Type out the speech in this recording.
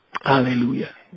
Hallelujah